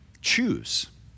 Choose